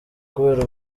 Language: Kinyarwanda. kubera